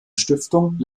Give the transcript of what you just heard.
stiftung